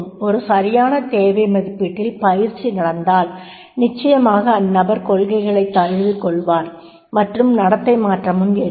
ஒரு சரியான தேவை மதிப்பீட்டில் பயிற்சி நடந்தால் நிச்சயமாக அந்நபர் கொள்கைகளைத் தழுவிக்கொள்வார் மற்றும் நடத்தை மாற்றமும் ஏற்படும்